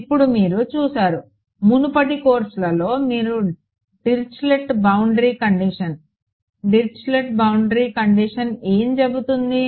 ఇప్పుడు మీరు చూసారు మునుపటి కోర్సులలో మీరు Dirichlet boundary condition Dirichlet boundary condition ఏమి చెబుతుంది